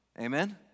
Amen